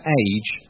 age